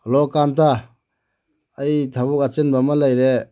hello ꯀꯥꯟꯇ ꯑꯩ ꯊꯕꯛ ꯑꯆꯤꯟꯕ ꯑꯃ ꯂꯩꯔꯦ